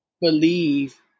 believe